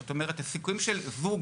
זאת אומרת, הסיכוי של זוג